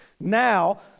now